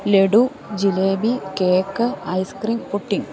laddu jalebi cake ice cream pudding